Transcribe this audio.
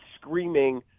screaming